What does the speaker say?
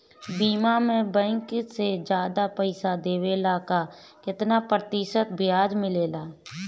बीमा में बैंक से ज्यादा पइसा देवेला का कितना प्रतिशत ब्याज मिलेला?